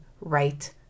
right